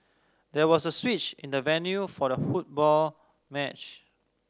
there was a switch in the venue for the football match